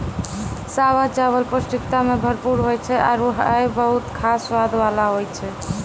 सावा चावल पौष्टिकता सें भरपूर होय छै आरु हय बहुत खास स्वाद वाला होय छै